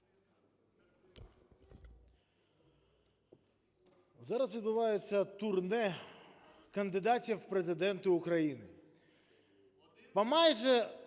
Зараз відбувається турне кандидатів в Президенти України.